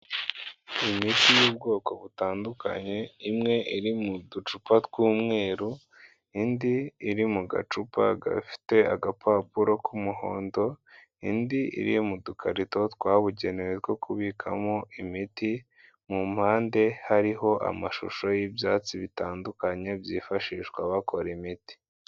Imiti y'ubwoko butandukanye, imwe iri mu ducupa tw'umweru indi iri mu gacupa gafite agapapuro k'umuhondo, indi iri mu dukarito twabugenewe two kubikamo imiti mu mpande hariho amashusho y'ibyatsi bitandukanye byifashishwa bakora imiti.